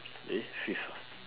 eh fifth